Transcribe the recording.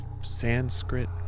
Sanskrit